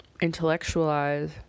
intellectualize